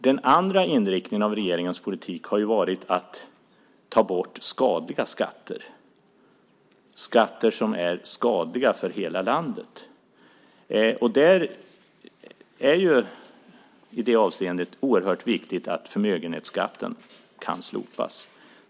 Den andra inriktningen av regeringens politik har varit att ta bort skadliga skatter - skatter som är skadliga för hela landet. I det avseendet är det oerhört viktigt att förmögenhetsskatten kan slopas.